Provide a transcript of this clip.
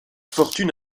fortune